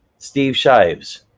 steve shives,